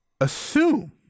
assume